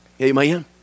Amen